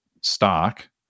stock